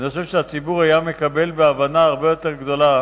אני חושב שהציבור היה מקבל בהבנה הרבה יותר גדולה